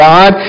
God